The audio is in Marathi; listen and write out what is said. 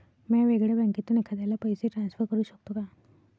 म्या वेगळ्या बँकेतून एखाद्याला पैसे ट्रान्सफर करू शकतो का?